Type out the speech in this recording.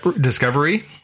discovery